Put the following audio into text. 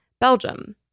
Belgium